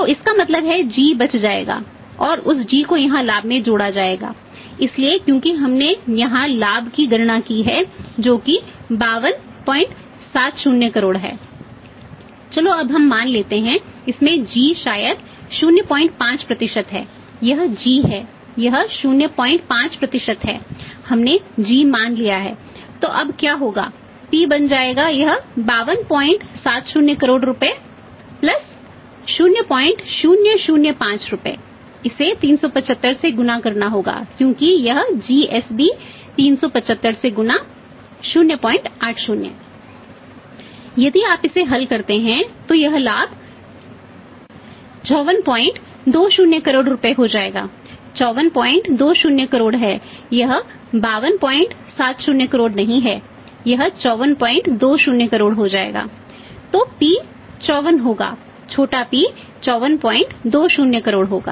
तो इसका मतलब है g बच जाएगा और उस g को यहाँ लाभ में जोड़ा जाएगा इसलिए क्योंकि हमने यहाँ लाभ की गणना की है जो कि 5270 करोड़ है चलो अब हम मान लेते हैं इसमें g शायद 05 है यह g है यह 05 है हमने g मान लिया है तो अब क्या होगा p बन जाएगा यह 5270 करोड़ रुपए 0005 रुपए है इसे 375 से गुणा करना होगा क्योंकि यह gsb 375 से गुणा है 080 यदि आप इसे हल करते हैं तो यह लाभ 5420 करोड़ रुपये हो जाएगा 5420 करोड़ है यह 5270 करोड़ नहीं है यह 5420 करोड़ हो जाएगा तो p 54 होगा छोटा p 5420 करोड़ होगा